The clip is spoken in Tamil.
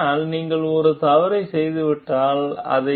ஆனால் நீங்கள் ஒரு தவறைச் செய்துவிட்டால் அதை